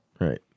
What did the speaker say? Right